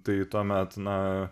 tai tuomet na